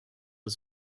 his